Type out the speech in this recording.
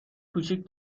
کوچیک